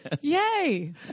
Yay